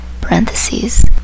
parentheses